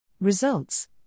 Results